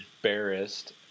embarrassed